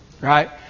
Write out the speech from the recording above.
Right